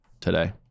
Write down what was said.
today